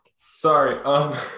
Sorry